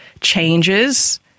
changes